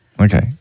Okay